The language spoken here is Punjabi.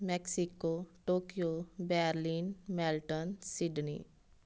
Mexico Tokyo Berlin Melton Sydney